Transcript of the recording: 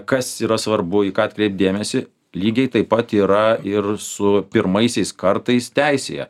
kas yra svarbu į ką atkreipt dėmesį lygiai taip pat yra ir su pirmaisiais kartais teisėje